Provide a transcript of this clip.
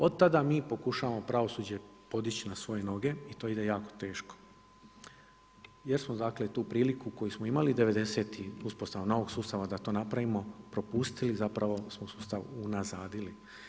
Od tada mi pokušavamo pravosuđe podići na svoje noge i to ide jako teško jer smo dakle, tu priliku koju smo imali '90-ih, uspostava novog sustava da to napravimo propustili, zapravo smo unazadili.